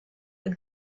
the